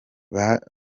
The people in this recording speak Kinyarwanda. byavuzwe